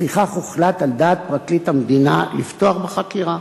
לפיכך הוחלט, על דעת פרקליט המדינה, לפתוח בחקירה.